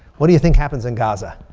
what do you think happens in gaza?